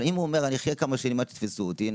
אבל אם הוא אומר אני אחיה כמה שנים עד שיתפסו אותי,